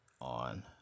on